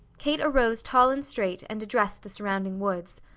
kate arose tall and straight and addressed the surrounding woods.